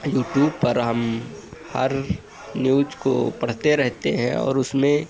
YouTube पर हम हर न्यूज़ को पढ़ते रहते हैं और उसमें